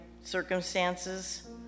circumstances